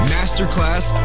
Masterclass